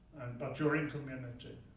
but you're in community.